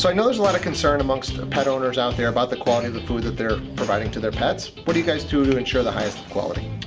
like know there's a lot of concern amongst pet owners out there about the quality of the food that they're providing to their pets, what do you guys do to ensure the highest of quality?